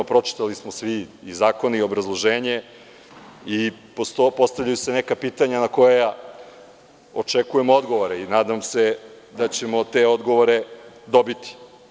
Pročitali smo svi izakone i obrazloženje i postavljaju se neka pitanja na koja očekujemo odgovore i nadam se da ćemo te odgovore dobiti.